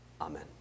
Amen